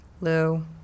Lou